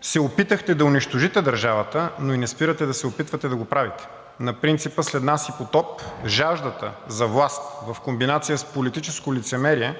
се опитахте да унищожите държавата, но и не спирате да се опитвате да го правите на принципа „след нас и потоп“. Жаждата за власт в комбинация с политическо лицемерие